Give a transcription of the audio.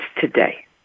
today